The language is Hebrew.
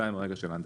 2. הרגל של ההנדסה.